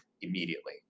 immediately